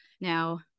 Now